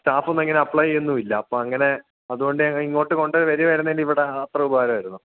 സ്റ്റാഫൊന്നും അങ്ങനെ അപ്ലൈ ചെയ്യുന്നുമില്ല അപ്പോള് അങ്ങനെ അതുകൊണ്ടുതന്നെ ഇങ്ങോട്ട് കൊണ്ടുവരികയായിരുന്നെങ്കില് ഇവിടെ അത്രയും ഉപകാരമായിരുന്നു